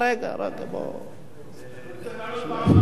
ביחד.